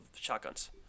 shotguns